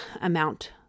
amount